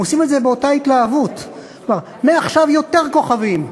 הם עושים את זה באותה התלהבות: "מעכשיו יותר כוכבים",